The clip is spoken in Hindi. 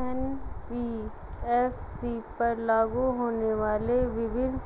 एन.बी.एफ.सी पर लागू होने वाले विभिन्न